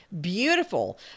Beautiful